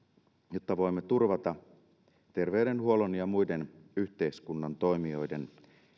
jotta voimme turvata terveydenhuollon ja muiden yhteiskunnan toimijoiden